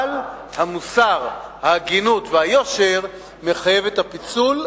אבל המוסר, ההגינות והיושר מחייבים את הפיצול.